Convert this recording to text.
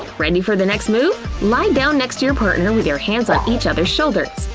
ready for the next move? lie down next to your partner with your hands on each other's shoulders.